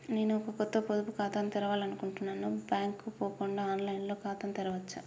నేను ఒక కొత్త పొదుపు ఖాతాను తెరవాలని అనుకుంటున్నా బ్యాంక్ కు పోకుండా ఆన్ లైన్ లో ఖాతాను తెరవవచ్చా?